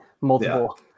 multiple